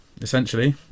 essentially